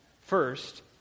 First